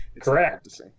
Correct